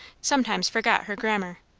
sometimes forgot her grammar.